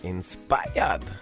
Inspired